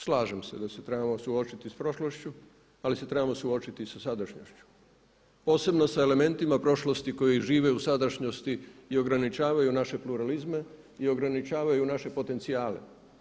Slažem se da se trebamo suočiti sa prošlošću, ali se trebamo suočiti i sa sadašnjošću posebno sa elementima prošlosti koji žive u sadašnjosti i ograničavaju naše pluralizme i ograničavaju naše potencijale.